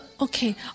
Okay